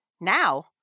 Now